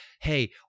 Hey